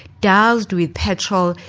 doused with petrol,